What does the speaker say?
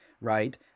right